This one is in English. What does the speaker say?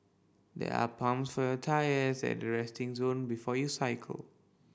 there are pumps for your tyres at the resting zone before you cycle